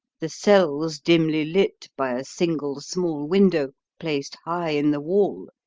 the cell's dimly lit by a single small window, placed high in the wall,